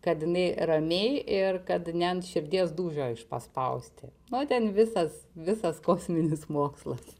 kad jinai ramiai ir kad ne ant širdies dūžio iš paspausti nu ten visas visas kosminis mokslas